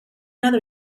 other